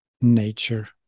nature